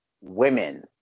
women